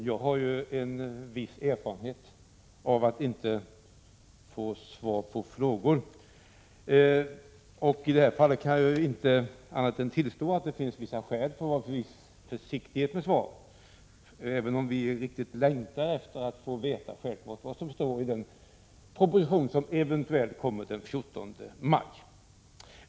Herr talman! Jag har viss erfarenhet av att inte få svar på frågor. I det här fallet kan jag inte annat än tillstå att det finns vissa skäl till försiktighet med svaret, även om vi självfallet riktigt längtar efter att få veta vad som står i den proposition som eventuellt kommer den 14 maj.